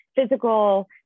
physical